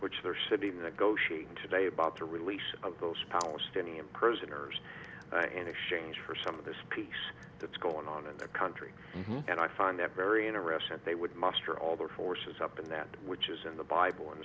which they're sitting the goshi today about the release of those palestinian prisoners in exchange for some of this peace that's going on in the country and i find that very unrest that they would muster all their forces up in that which is in the bible and